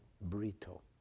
brito